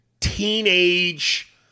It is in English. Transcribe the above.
teenage